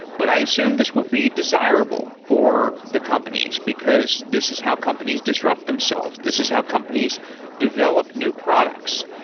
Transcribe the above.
but i assume this would be desirable for the companies, because this is how companies disrupt themselves. this is how companies develop new products,